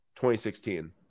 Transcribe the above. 2016